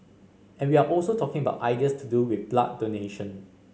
and we are also talking about ideas to do with blood donation